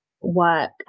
work